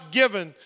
given